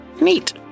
Neat